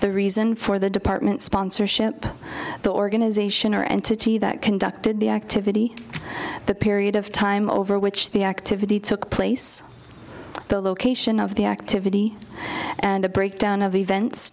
the reason for the department sponsorship the organization or entity that conducted the activity the period of time over which the activity took place the location of the activity and a breakdown of events